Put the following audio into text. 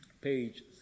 Page